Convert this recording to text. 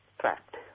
trapped